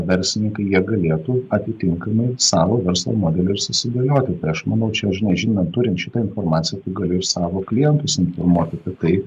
verslininkai jie galėtų atitinkamai savo verslo modelį ir susidėlioti tai aš manau čia žinai žinant turint šitą informaciją tai gali ir savo klientus informuot apie tai